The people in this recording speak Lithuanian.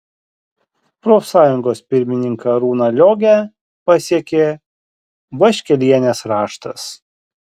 profsąjungos pirmininką arūną liogę pasiekė vaškelienės raštas